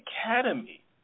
Academy